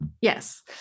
Yes